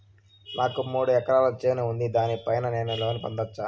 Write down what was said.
నాకు మూడు ఎకరాలు చేను ఉంది, దాని పైన నేను లోను పొందొచ్చా?